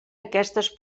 aquestes